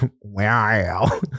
Wow